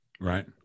Right